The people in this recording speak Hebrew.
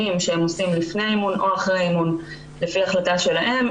שהם עושים לפני אימון או אחרי אימון לפי החלטה שלהם.